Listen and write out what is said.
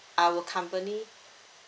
our company